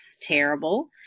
terrible